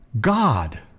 God